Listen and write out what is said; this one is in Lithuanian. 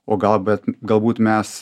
o gal bet galbūt mes